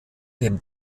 dem